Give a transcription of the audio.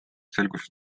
selgus